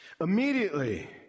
Immediately